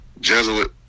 Jesuit